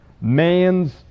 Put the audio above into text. man's